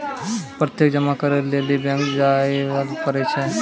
प्रत्यक्ष जमा करै लेली बैंक जायल पड़ै छै